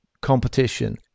competition